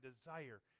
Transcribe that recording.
desire